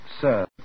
Sir